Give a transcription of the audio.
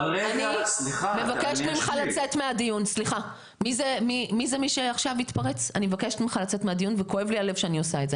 אני מבקשת ממך לצאת מהדיון וכואב לי הלב שאניע ושה את זה.